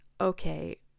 okay